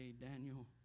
Daniel